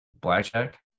Blackjack